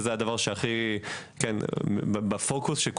שהוא הכי בפוקוס של כולנו.